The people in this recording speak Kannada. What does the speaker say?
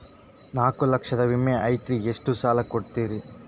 ನಾಲ್ಕು ಲಕ್ಷದ ವಿಮೆ ಐತ್ರಿ ಎಷ್ಟ ಸಾಲ ಕೊಡ್ತೇರಿ?